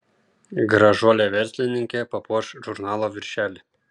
gražuolė verslininkė papuoš žurnalo viršelį